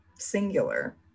singular